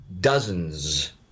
dozens